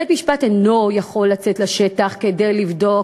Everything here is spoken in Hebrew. בית-משפט אינו יכול לצאת לשטח כדי לבדוק